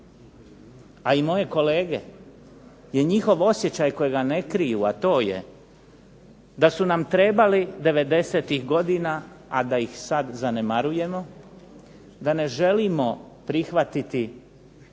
a i moje kolege, je njihov osjećaj kojega ne kriju a to je da su nam trebali '90.-tih godina, a da ih sad zanemarujemo, da ne želimo prihvatiti.